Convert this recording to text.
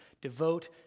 devote